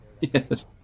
Yes